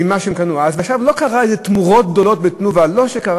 אני בטוח שנעשה פה איזה סיבוב גדול ואיזה קופון.